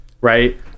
right